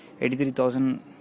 83,000